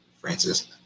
Francis